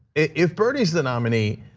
if bernie is the nominee,